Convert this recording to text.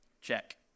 Check